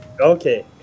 Okay